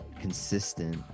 Consistent